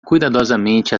cuidadosamente